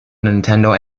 nintendo